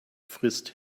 frisst